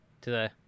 today